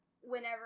whenever